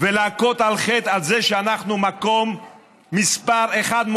ולהכות על חטא על זה שאנחנו במקום מספר אחת,